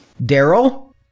Daryl